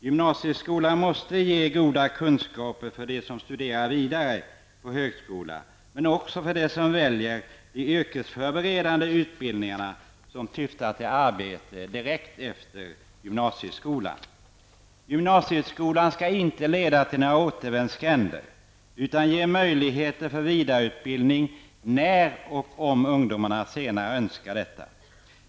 Gymnasieskolan måste ge goda kunskaper för dem som studerar vidare på högskola men även för dem som väljer de yrkesförberedande utbildningarna som syftar till arbete direkt efter gymnasieskolan. Gymnasieskolan skall inte leda till några återvändsgränder utan ge möjligheter för vidareutbildning när och om ungdomarna senare önskar detta.